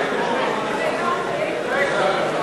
לשנת הכספים 2014, כהצעת הוועדה, נתקבל.